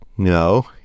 No